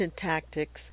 tactics